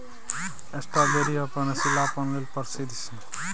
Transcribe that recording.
strawberry अपन रसीलापन लेल प्रसिद्ध छै